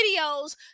videos